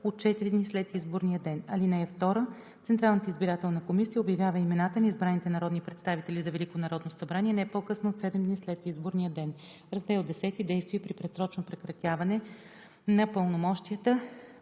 от 4 дни след изборния ден. (2) Централната избирателна комисия обявява имената на избраните народни представители за Велико народно събрание не по-късно от 7 дни след изборния ден. Раздел X. Действия при предсрочно прекратяване на пълномощията